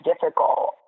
difficult